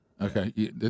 Okay